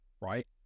right